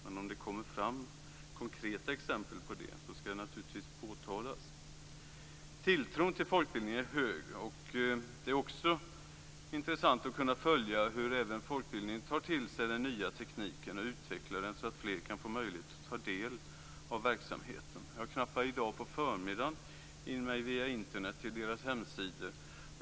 Men om det kommer fram konkreta exempel på det skall de naturligtvis påtalas. Tilltron till folkbildningen är hög. Det är också intressant att kunna följa hur även folkbildningen tar till sig den nya tekniken och utvecklar den så att fler kan få möjlighet att ta del av verksamheten. På förmiddagen knappade jag via Internet in mig på deras hemsidor.